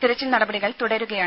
തെരച്ചിൽ നടപടികൾ തുടരുകയാണ്